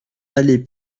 allée